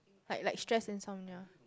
like like stress insomnia